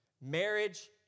Marriage